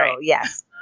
yes